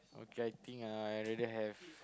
okay I think ah I rather have